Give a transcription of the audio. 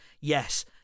yes